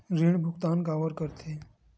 ऋण भुक्तान काबर कर थे?